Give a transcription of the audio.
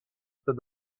said